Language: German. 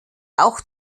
auch